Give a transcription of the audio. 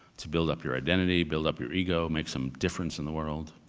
to build up your identity, build up your ego, make some difference in the world.